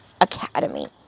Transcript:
academy